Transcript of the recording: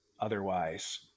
otherwise